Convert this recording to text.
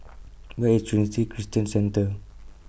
Where IS Trinity Christian Center